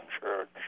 church